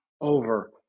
over